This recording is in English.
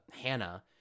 Hannah